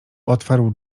otwarł